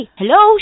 hello